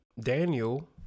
Daniel